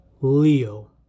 Leo